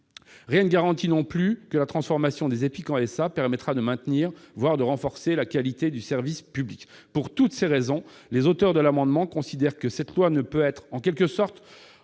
Rien ne garantit non plus que la transformation des EPIC en sociétés anonymes permettra de maintenir, voire de renforcer la qualité du service public. Pour toutes ces raisons, les auteurs de l'amendement considèrent que cette loi ne peut être envisagée, en quelque sorte,